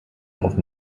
auf